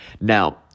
Now